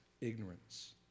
ignorance